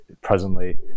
presently